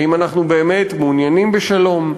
האם אנחנו באמת מעוניינים בשלום?